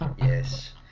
Yes